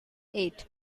eight